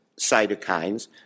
cytokines